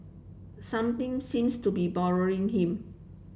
something seems to be boring him